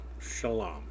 shalom